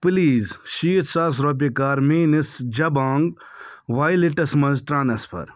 please شیٖتھ ساس رۄپیہِ کر میٛٲنِس جَبانٛگ ویٚلٹَس مَنٛز ٹرٛانسفر